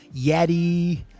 Yeti